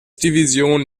division